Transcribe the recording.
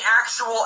actual